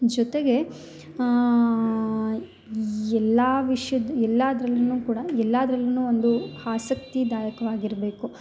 ಜೊತೆಗೆ ಎಲ್ಲಾ ವಿಷ್ಯದ ಎಲ್ಲಾದರಲ್ಲೂನು ಕೂಡ ಎಲ್ಲಾದ್ರಲ್ಲಿನು ಒಂದು ಆಸಕ್ತಿದಾಯಕವಾಗಿ ಇರಬೇಕು